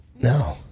No